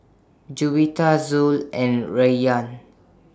Juwita Zul and Rayyan